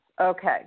Okay